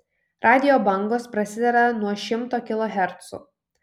radijo bangos prasideda nuo šimtų kilohercų